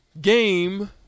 game